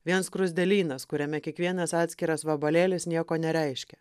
vien skruzdėlynas kuriame kiekvienas atskiras vabalėlis nieko nereiškia